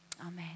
amen